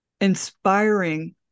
inspiring